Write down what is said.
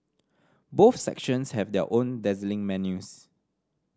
both sections have their own dazzling menus